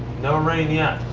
no rain yet.